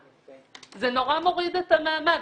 זה נורא מוריד את המעמד.